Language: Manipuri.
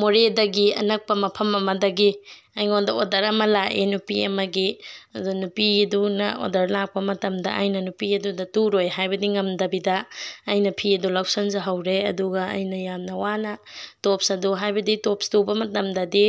ꯃꯣꯔꯦꯗꯒꯤ ꯑꯅꯛꯄ ꯃꯐꯝ ꯑꯃꯗꯒꯤ ꯑꯩꯉꯣꯟꯗ ꯑꯣꯔꯗꯔ ꯑꯃ ꯂꯥꯛꯑꯦ ꯅꯨꯄꯤ ꯑꯃꯒꯤ ꯑꯗꯨꯅ ꯅꯨꯄꯤ ꯑꯗꯨꯅ ꯑꯣꯔꯗꯔ ꯂꯥꯛꯄ ꯃꯇꯝꯗ ꯑꯩꯅ ꯅꯨꯄꯤ ꯑꯗꯨꯗ ꯇꯨꯔꯣꯏ ꯍꯥꯏꯕꯗꯤ ꯉꯝꯗꯕꯤꯗ ꯑꯩꯅ ꯐꯤ ꯑꯗꯨ ꯂꯧꯁꯤꯟꯖꯍꯧꯔꯦ ꯑꯗꯨꯒ ꯑꯩꯅ ꯌꯥꯝꯅ ꯋꯥꯅ ꯇꯣꯞꯁ ꯑꯗꯣ ꯍꯥꯏꯕꯗꯤ ꯇꯣꯞꯁ ꯇꯨꯕ ꯃꯇꯝꯗꯗꯤ